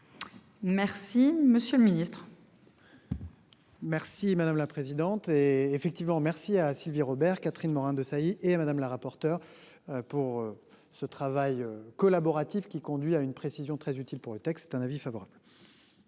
Merci, monsieur le Ministre. Merci madame la présidente. Et effectivement, merci à, à Sylvie Robert Catherine Morin-Desailly est à madame la rapporteure. Pour ce travail collaboratif qui conduit à une précision très utile pour le texte, un avis favorable.